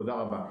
תודה רבה.